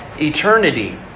eternity